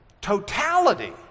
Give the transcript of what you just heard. totality